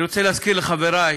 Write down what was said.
אני רוצה להזכיר לחברי